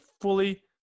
fully